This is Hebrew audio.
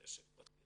זה עסק פרטי,